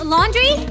Laundry